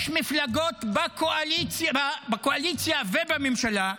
יש מפלגות בקואליציה ובממשלה שהצביעו,